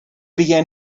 began